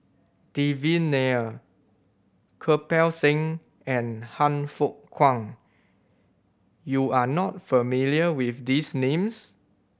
Devan Nair Kirpal Singh and Han Fook Kwang you are not familiar with these names